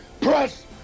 press